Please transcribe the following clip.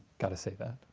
gotta say that.